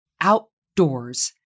outdoors